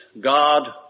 God